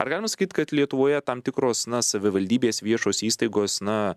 ar galima sakyt kad lietuvoje tam tikros na savivaldybės viešos įstaigos na